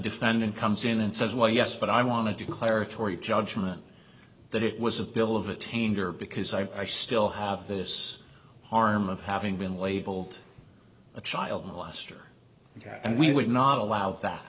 defendant comes in and says well yes but i want to declaratory judgment that it was a bill of attainder because i still have this harm of having been labeled a child molester and we would not allow that